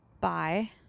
Bye